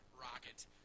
rocket